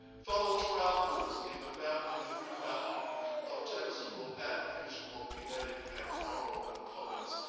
fellow travelers in the mapping and remapping of textual and visual kinetic and aural components,